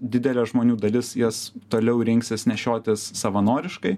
didelė žmonių dalis jas toliau rinksis nešiotis savanoriškai